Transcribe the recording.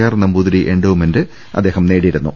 R Namboothiri endowment അദ്ദേഹം നേടിയിരുന്നു